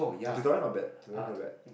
orh tutorial not bad tutorial not bad